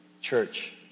church